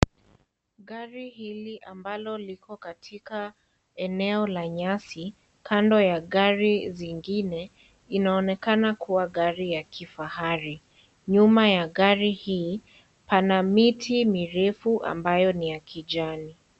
Gari hili ambalo liko katikati eneo la nyasi kando ya gari zingine inaonekana kuwa Gari ya kifahari. Nyuma ya Gari hii pana miti mirefu ambayo ni ya kijani.